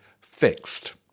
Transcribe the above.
fixed